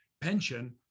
pension